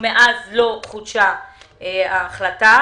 מאז לא חודשה ההחלטה.